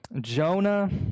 Jonah